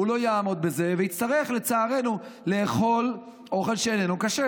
הוא לא יעמוד בזה ויצטרך לצערנו לאכול אוכל שאיננו כשר.